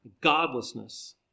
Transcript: godlessness